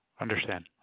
Understand